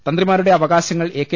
തന്ത്രിമാരുടെ അവകാശങ്ങൾ എകെ